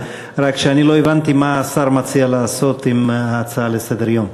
רק שאני לא הבנתי מה השר מציע לעשות עם ההצעה לסדר-יום.